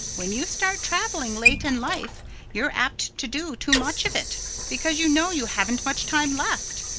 when you start traveling late in life you're apt to do too much of it because you know you haven't much time left,